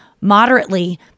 moderately